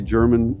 German